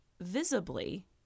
visibly